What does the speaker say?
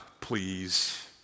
please